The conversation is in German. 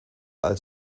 als